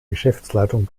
geschäftsleitung